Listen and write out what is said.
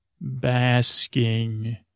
basking